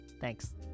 Thanks